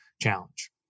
challenge